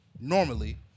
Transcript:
normally